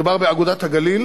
מדובר ב"אגודת הגליל"